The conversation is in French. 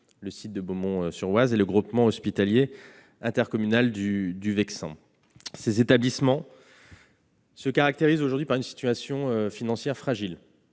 le site de Beaumont-sur-Oise, et le groupement hospitalier intercommunal du Vexin. Ces établissements connaissent aujourd'hui une situation financière fragile-